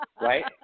right